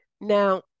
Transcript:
Now